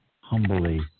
humbly